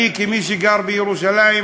אני, כמי שגר בירושלים,